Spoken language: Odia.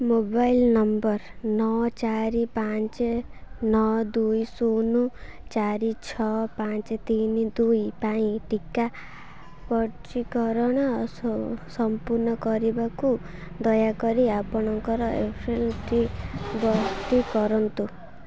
ମୋବାଇଲ୍ ନମ୍ବର୍ ନଅ ଚାରି ପାଞ୍ଚ ନଅ ଦୁଇ ଶୂନ ଚାରି ଛଅ ପାଞ୍ଚ ତିନି ଦୁଇ ପାଇଁ ଟିକା ପଞ୍ଜୀକରଣ ସ ସଂପୂର୍ଣ୍ଣ କରିବାକୁ ଦୟାକରି ଆପଣଙ୍କର ଏମ୍ପିନ୍ଟି ଭର୍ତ୍ତି କରନ୍ତୁ